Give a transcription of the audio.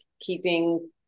keeping